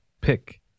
pick